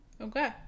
Okay